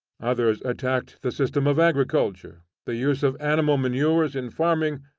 others attacked the system of agriculture, the use of animal manures in farming,